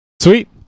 sweet